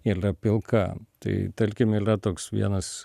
ylia pilka tai tarkim ylia toks vienas